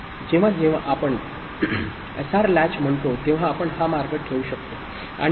जेव्हा जेव्हा आपण एसआर लॅच म्हणतो तेव्हा आपण हा मार्ग ठेवू शकतो